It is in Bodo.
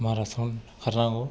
माराथ'न खारनांगौ